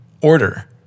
order